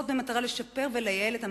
במטרה לשפר ולייעל את המערכת,